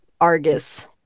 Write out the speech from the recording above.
Argus